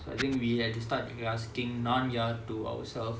so I think we have to start asking நான் யார்:naan yaar to ourselves